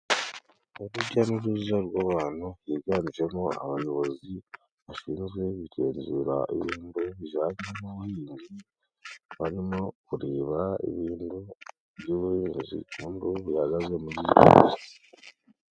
Urujya n'uruza rw'abantu biganjemo abayobozi bashinzwe kugenzura ibijyanye n'ubuhinzi .Barimo kureba ibijyanye n'ubuhinzi n'ubworozi bareba uko bihagaze muri iyi misi.